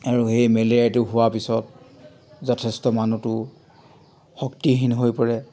আৰু সেই মেলেৰিয়াটো হোৱাৰ পিছত যথেষ্ট মানুহটো শক্তিহীন হৈ পৰে